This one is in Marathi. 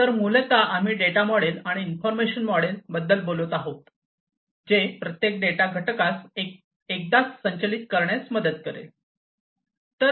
तर मूलत आम्ही डेटा मॉडेल आणि इन्फॉर्मेशन मॉडेल बद्दल बोलत आहोत जे प्रत्येक डेटा घटकास एकदाच संचयित करण्यास मदत करेल